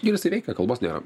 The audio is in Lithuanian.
ir jisai veikia kalbos nėra